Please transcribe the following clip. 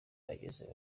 agezeyo